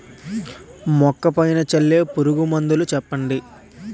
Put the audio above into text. మొక్క పైన చల్లే పురుగు మందులు చెప్పండి?